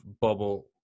bubble